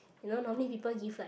you know normally people give like